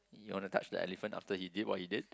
you wanna touch the elephant after he did what he did